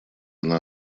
она